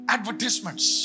Advertisements